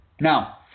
Now